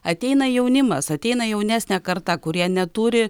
ateina jaunimas ateina jaunesnė karta kurie neturi